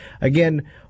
again